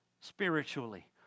spiritually